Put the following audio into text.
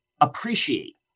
appreciate